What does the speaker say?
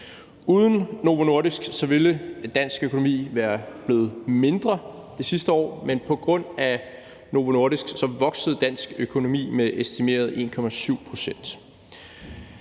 Uden Novo Nordisk ville dansk økonomi være blevet mindre det sidste år, men på grund af Novo Nordisk voksede dansk økonomi med estimeret 1,7 pct.